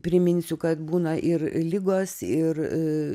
priminsiu kad būna ir ligos ir